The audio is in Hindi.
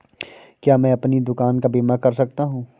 क्या मैं अपनी दुकान का बीमा कर सकता हूँ?